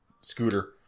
scooter